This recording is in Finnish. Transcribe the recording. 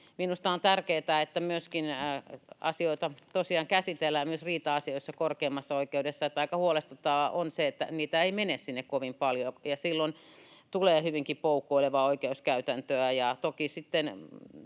Minusta on tärkeätä, että asioita tosiaan käsitellään myös riita-asioissa korkeimmassa oikeudessa. Aika huolestuttavaa on se, että niitä ei mene sinne kovin paljon. Silloin tulee hyvinkin poukkoilevaa oikeuskäytäntöä. Toki